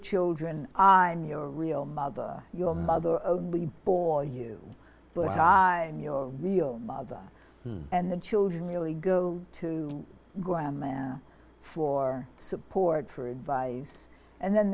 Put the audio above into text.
children i am your real mother your mother only bore you but i am your real mother and the children really go to go amanda for support for advice and then